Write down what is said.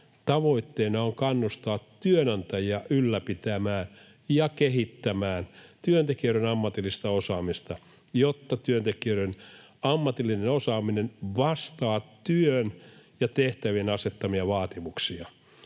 Tavoitteena on kannustaa työnantajia ylläpitämään ja kehittämään työntekijöiden ammatillista osaamista, jotta työntekijöiden ammatillinen osaaminen vastaa työn ja tehtävien asettamia vaatimuksia